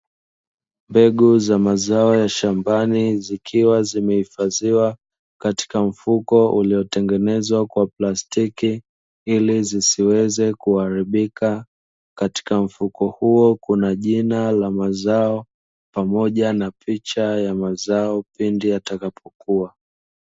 Mbegu za mazao ya shambani, zikiwa zimehifdhiwa katika mfuko uliotengenezwa kwa plastiki ili zisiweze kuharibika, katika mfuko huo kuna jina la mazao pamoja na picha ya mazao pindi yatakapokua.